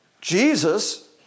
Jesus